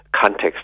context